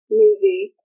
movie